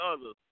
others